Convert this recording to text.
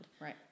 Right